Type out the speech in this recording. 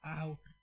out